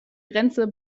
grenze